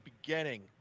beginning